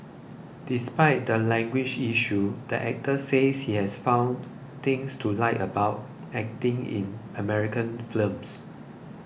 despite the language issue the actor says he has found things to like about acting in American films